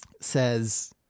says